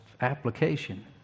application